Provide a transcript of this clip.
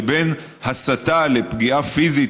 לבין הסתה לפגיעה פיזית,